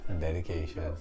Dedication